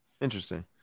Interesting